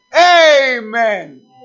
Amen